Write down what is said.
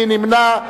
מי נמנע?